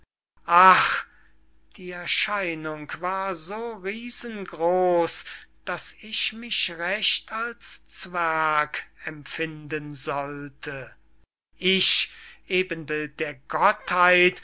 ach die erscheinung war so riesen groß daß ich mich recht als zwerg empfinden sollte ich ebenbild der gottheit